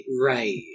right